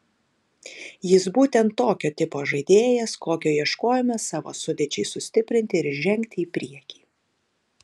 jis yra būtent tokio tipo žaidėjas kokio ieškojome savo sudėčiai sustiprinti ir žengti į priekį